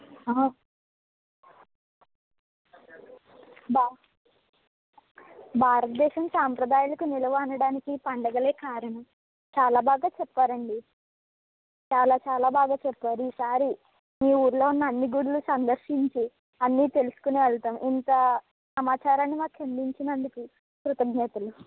భా భారతదేశం సాంప్రదాయాలకు నిలువు అనడానికి పండగలే కారణం చాలా బాగా చెప్పారండి చాలా చాలా బాగా చెప్పారు ఈసారి మీ ఊరులో ఉన్న అన్ని గుడులు సందర్శించి అన్నీ తెలిసుకొని వెళ్తాం ఇంత సమాచారాన్ని మాకు అందించినందుకు కృతజ్ఞతలు